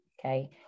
okay